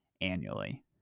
annually